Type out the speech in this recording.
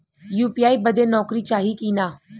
UPI बदे नौकरी चाही की ना?